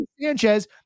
Sanchez